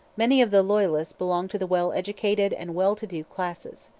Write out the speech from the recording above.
many of the loyalists belonged to the well-educated and well-to-do classes.